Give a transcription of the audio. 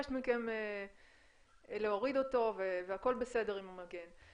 מבקשת מכם להוריד אותו, והכול בסדר עם המגן.